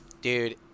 dude